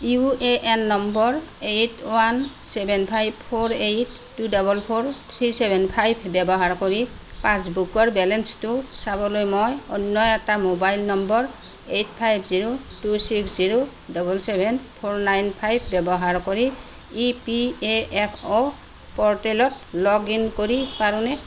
U A N number eight one seven five four eight two double four three seven five ব্যৱহাৰ কৰি পাছবুকৰ বেলেঞ্চটো চাবলৈ মই অন্য এটা mobile number eight five zero two six zero double seven four nine five ব্যৱহাৰ কৰি ই পি এ এফ অ' প'ৰ্টেলত লগ ইন কৰি পাৰোঁনে